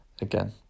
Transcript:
again